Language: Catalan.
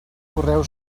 correu